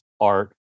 art